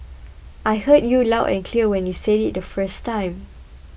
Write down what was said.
I heard you loud and clear when you said it the first time